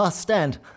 stand